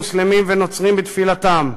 מוסלמים ונוצרים בתפילתם,